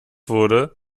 wurde